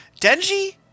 Denji